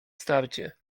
starcie